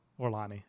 Orlani